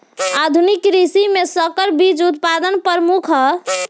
आधुनिक कृषि में संकर बीज उत्पादन प्रमुख ह